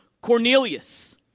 Cornelius